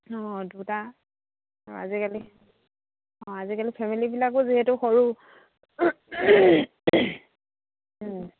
অঁ দুটা আজিকালি অঁ আজিকালি ফেমিলিবিলাকো যিহেতু সৰু